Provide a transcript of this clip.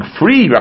free